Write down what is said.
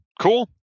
Cool